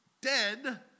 dead